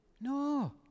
No